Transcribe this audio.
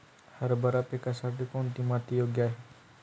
हरभरा पिकासाठी कोणती माती योग्य आहे?